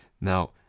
Now